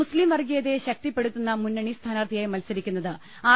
മുസ്ലിം വർഗീയതയെ ശക്തിപ്പെടുത്തുന്ന മുന്നണി സ്ഥാനാർഥിയായി മത്സരിക്കുന്നത് ആർ